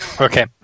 Okay